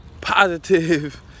positive